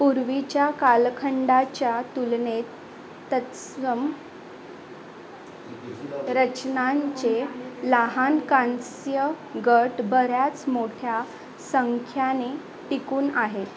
पूर्वीच्या कालखंडाच्या तुलनेत तत्सम रचनांचे लहान कांस्य गट बऱ्याच मोठ्या संख्येने टिकून आहेत